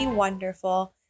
Wonderful